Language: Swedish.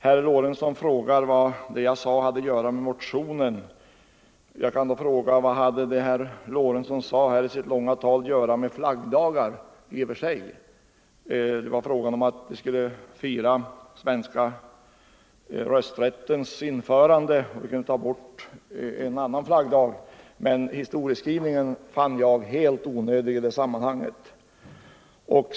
Herr Lorentzon frågade vad det jag sade har att göra med motionen. Jag kan då fråga vad det som herr Lorentzon sade här i sitt långa tal har att göra med flaggdagar i och för sig. Det var fråga om att vi skulle fira den svenska rösträttens införande, och vi kan ju ta bort en och annan flaggdag, men hans historieskrivning fann jag helt onödig i det sammanhanget.